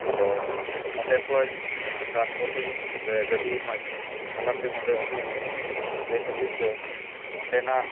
ᱟᱫᱚ ᱚᱸᱰᱮ ᱠᱷᱚᱱ ᱴᱨᱟᱱᱥᱯᱳᱴᱤᱝ ᱥᱮ ᱜᱟᱰᱤ ᱢᱟᱫᱽᱫᱚᱢ ᱛᱟᱞᱟᱛᱮ ᱱᱚᱰᱮ ᱟᱜᱩ ᱦᱩᱭᱩᱜᱼᱟ ᱡᱮ ᱠᱷᱟᱹᱛᱤᱨᱛᱮ ᱚᱸᱰᱮᱱᱟᱜ